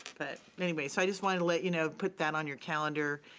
but anyway, so i just wanted to let you know put that on your calendar.